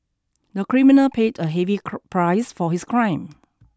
the criminal paid a heavy price for his crime